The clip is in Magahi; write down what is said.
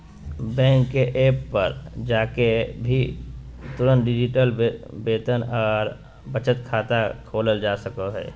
बैंक के एप्प पर जाके भी तुरंत डिजिटल वेतन आर बचत खाता खोलल जा सको हय